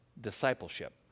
discipleship